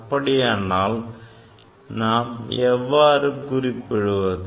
அப்படியானால் எவ்வாறு நாம் குறிப்பிடுவது